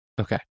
okay